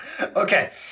Okay